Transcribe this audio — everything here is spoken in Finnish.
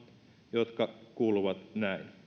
jotka kuuluvat näin